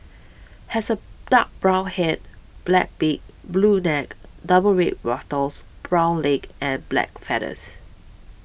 has a dark brown head black beak blue neck double red wattles brown legs and black feathers